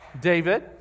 David